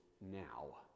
now